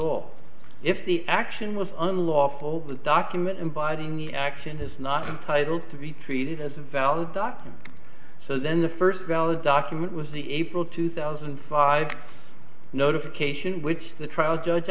all if the action was unlawful the document inviting the action is not entitled to be treated as a valid document so then the first valid document was the april two thousand and five notification which the trial judge